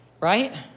right